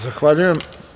Zahvaljujem.